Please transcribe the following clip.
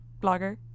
blogger